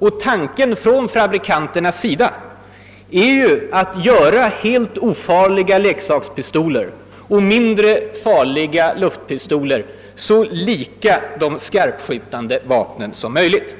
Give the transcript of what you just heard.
Och tanken från fabrikanternas sida är ju att göra helt ofarliga leksakspistoler och mindre farliga luftpistoler så lika de skarpskjutande vapnen som möjligt.